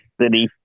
City